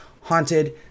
haunted